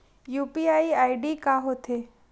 UPI ID का होथे?